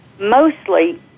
Mostly